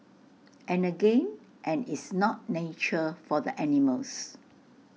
and again and it's not nature for the animals